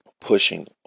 pushing